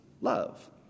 love